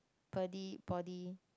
body body